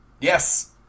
Yes